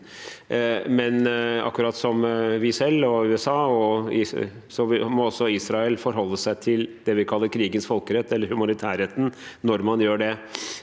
Men akkurat som vi selv og USA må også Israel forholde seg til det vi kaller krigens folkerett, eller humanitærretten, når man gjør det.